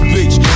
Beach